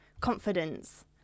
confidence